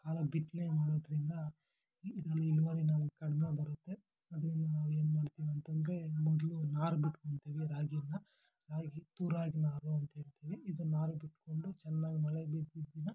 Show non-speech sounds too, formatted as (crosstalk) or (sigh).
(unintelligible) ಬಿತ್ತನೆ ಮಾಡೋದ್ರಿಂದ ಇದರಲ್ಲಿ ಇಳುವರಿ ನಮ್ಗೆ ಕಡಿಮೆ ಬರುತ್ತೆ ಅದರಿಂದ ನಾವು ಏನ್ಮಾಡ್ತೀವಂತಂದ್ರೆ ಮೊದಲು ನಾರು ಬಿಟ್ಕೊತಿವಿ ರಾಗಿನ ರಾಗಿ ತೂರಾಗಿ ನಾರು ಅಂತೇಳ್ತಿವಿ ಇದನ್ನು ನಾರು ಬಿಟ್ಟುಕೊಂಡು ಚೆನ್ನಾಗಿ ಮಳೆ ಬಿದ್ದಿದ ದಿನ